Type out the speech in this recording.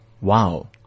Wow